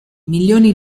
milioni